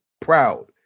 proud